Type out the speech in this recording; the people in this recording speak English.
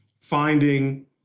finding